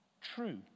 True